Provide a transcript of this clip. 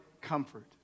comfort